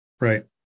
Right